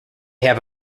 have